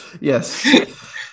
Yes